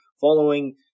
following